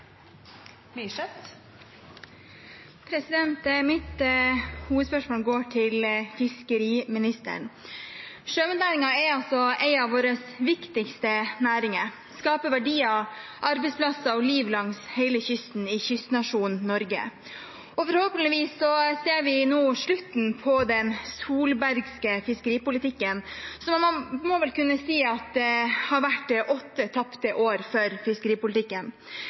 Mitt hovedspørsmål går til fiskeriministeren. Sjømatnæringen er en av våre viktigste næringer. Den skaper verdier, arbeidsplasser og liv langs hele kysten i kystnasjonen Norge. Forhåpentligvis ser vi nå slutten på den solbergske fiskeripolitikken, som man vel må kunne si at har vært åtte tapte år for fiskeripolitikken.